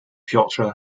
piotr